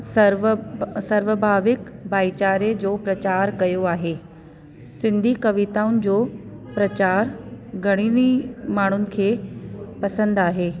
सर्व ब सर्वभाविक भाईचारे जो प्रचार कयो आहे सिंधी कविताउनि जो प्रचार घणेई माण्हुनि खे पसंदि आहे